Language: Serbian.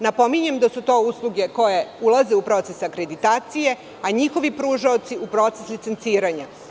Napominjem da su to usluge koje ulaze u proces akreditacije, a njihovi pružaoci u proces licenciranja.